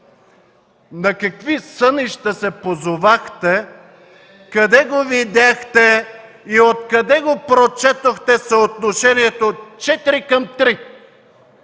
на какви сънища се позовахте, къде го видяхте и откъде прочетохте съотношението четири